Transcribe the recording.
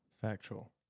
Factual